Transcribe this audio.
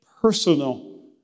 personal